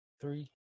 three